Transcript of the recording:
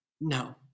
No